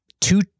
two